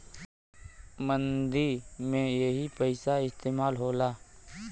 मंदी में यही पइसा इस्तेमाल होला